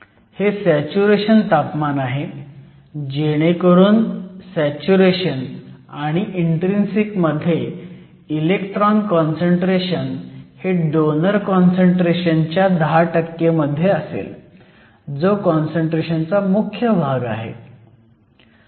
हे सॅच्युरेशन तापमान आहे जेणेकरून सॅच्युरेशन आणि इन्ट्रीन्सिक मध्ये इलेक्ट्रॉन काँसंट्रेशन हे डोनर काँसंट्रेशन च्या 10 मध्ये असेल जो काँसंट्रेशन चा मुख्य भाग आहे